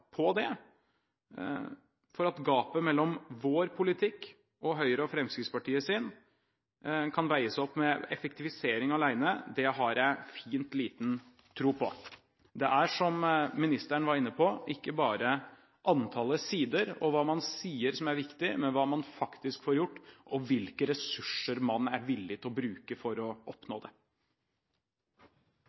på det, for at gapet mellom vår politikk og Høyres og Fremskrittspartiets kan veies opp med effektivisering alene, har jeg fint liten tro på. Det er, som ministeren var inne på, ikke bare antallet sider og hva man sier, som er viktig, men hva man faktisk får gjort og hvilke ressurser man er villig til å bruke for å oppnå det.